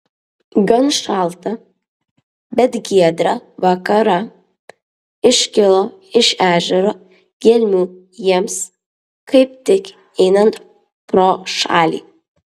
gan šaltą bet giedrą vakarą iškilo iš ežero gelmių jiems kaip tik einant pro šalį